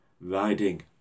riding